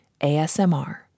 ASMR